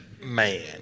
Man